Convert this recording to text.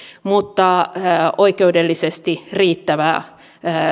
mutta oikeudellisesti riittävää